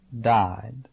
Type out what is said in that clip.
died